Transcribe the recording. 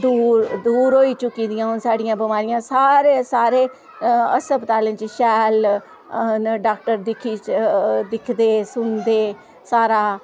दूर होई चुकी दियां साढ़ियां बमारियां सारे सारे हस्पताले च शैल डाॅक्टर दिखदे सुनदे सारा